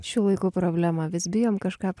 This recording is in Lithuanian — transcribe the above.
šių laikų problema vis bijom kažką